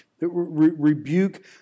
Rebuke